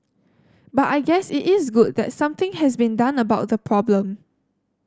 but I guess it is good that something has been done about the problem